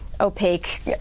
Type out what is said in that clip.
opaque